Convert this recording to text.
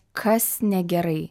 kas negerai